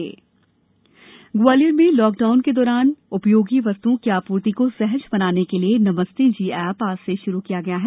corona Gwalior Gwalior में lockdown के दौरान उपयोगी वस्तुओं की आपूर्ति को सहज बनाने के लिए नमस्ते जी ऐप आज से शुरू किया गया है